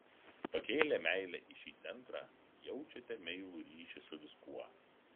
pakėlę meilę į šį centrą jaučiate meilų ryšį su viskuo